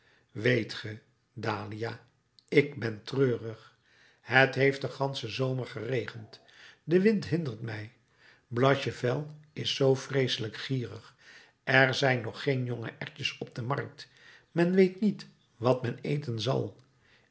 weet ge dahlia ik ben treurig het heeft den ganschen zomer geregend de wind hindert mij blachevelle is zoo vreeselijk gierig er zijn nog geen jonge erwtjes op de markt men weet niet wat men eten zal